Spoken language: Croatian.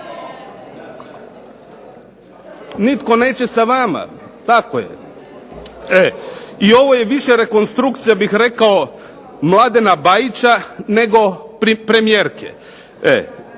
nitko neće sa vama. Tako je. I ovo je više konstrukcija ja bih rekao Mladena Bajića nego premijerke.